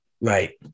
Right